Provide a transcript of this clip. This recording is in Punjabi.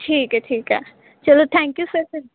ਠੀਕ ਹੈ ਠੀਕ ਹੈ ਚਲੋ ਥੈਂਕਿਊ ਸਰ ਫਿਰ